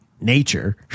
nature